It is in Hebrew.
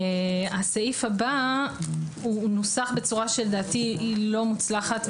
הסעיף הבא נוסח בצורה שלדעתי היא לא מוצלחת,